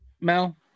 Mel